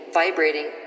vibrating